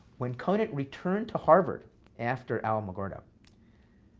when conant returned to harvard after alamogordo,